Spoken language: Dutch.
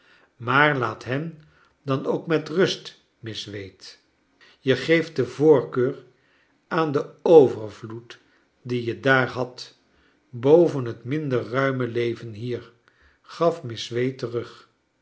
maar laat hen dan ook met rust miss wade je geeft de voorkeur aan den overvloed dien je daar hadt boven het minder ruime leven hier gaf miss wade terug